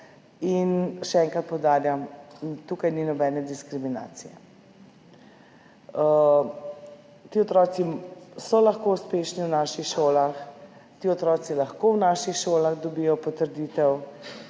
Še enkrat poudarjam, tukaj ni nobene diskriminacije. Ti otroci so lahko uspešni v naših šolah, ti otroci lahko v naših šolah dobijo potrditev.